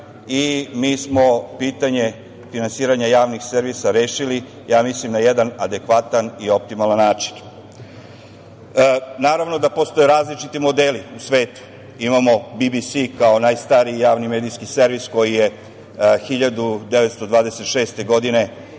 i mi smo pitanje finansiranja javnih servisa rešili na jedan adekvatan i optimalan način. Naravno da postoje različiti modeli u svetu. Imamo BBC kao najstariji javni medijski servis, koji je 1926. godine,